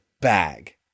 bag